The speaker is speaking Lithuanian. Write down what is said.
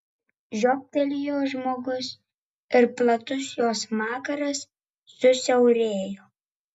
žiobtelėjo žmogus ir platus jo smakras susiaurėjo